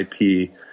IP